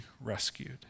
rescued